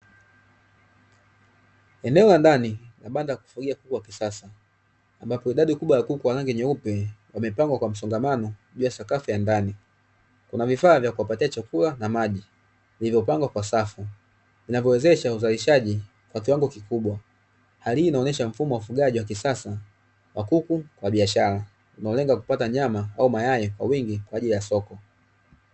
Eneo la ndani la banda la kufugia kuku wa kisasa ambapo idadi kubwa ya kuku wa rangi nyeupe wamepangwa kwa msongamano juu ya sakafu ya ndani. Kuna vifaa vya kuwapatia chakula na maji vilivyopangwa kwa safu vinavyowezesha uzalishaji kwa kiwango kikubwa. Hali hii inaonyesha mfumo wa ufugaji wa kisasa wa kuku wa biashara kwa lengo la kupata nyama au mayai kwa wingi kwa ajili ya soko.